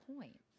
point